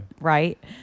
right